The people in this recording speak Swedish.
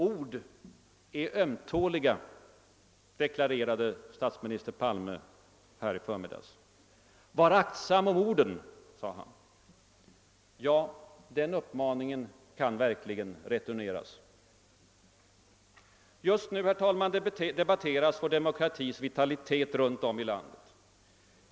»Ord är ömtåliga», deklarerade statsminister Palme i förmiddags. »Var aktsam om orden!» sade han. Ja, den uppmaningen kan verkligen returneras. Just nu debatteras vår demokratis vitalitet runt om i landet.